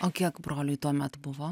o kiek broliui tuomet buvo